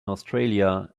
australia